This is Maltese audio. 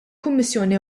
kummissjoni